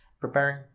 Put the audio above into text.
preparing